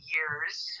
years